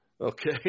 okay